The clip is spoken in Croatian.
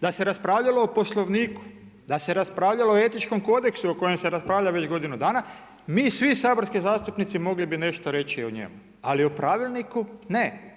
Da se raspravljalo o Poslovniku, da se raspravljalo o Etičkom kodeksu o kojem se raspravlja već godinu dana mi svi saborski zastupnici mogli bi nešto reći o njemu, ali o Pravilniku ne.